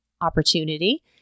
opportunity